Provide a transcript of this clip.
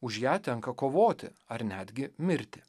už ją tenka kovoti ar netgi mirti